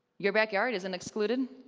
your backyard isn't excluded.